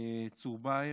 צור באהר,